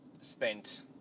spent